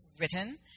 written